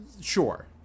Sure